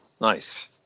Nice